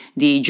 di